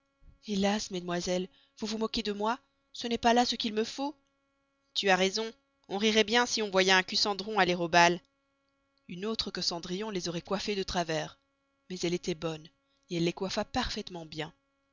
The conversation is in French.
helas mesdamoiselles vous vous mocquez de moy ce n'est pas là ce qu'il me faut tu as raison on riroit bien si on voyoit un cucendron aller au bal une autre que cendrillon les aurait coëffées de travers mais elle estoit bonne et elle les coëffa parfaitement bien